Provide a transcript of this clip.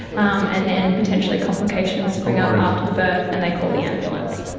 um and then potentially complications spring up after the birth and they call the ambulance.